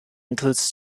includes